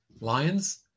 lions